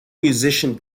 musician